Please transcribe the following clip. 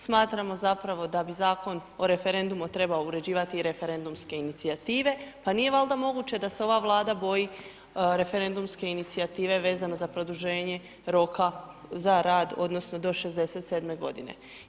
Smatramo zapravo da bi Zakon o referendumu trebao uređivati i referendumske inicijative, pa nije valjda moguće da se ova Vlada boji referendumske inicijative vezano za produženje roka za rad, odnosno do 67. godine.